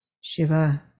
Shiva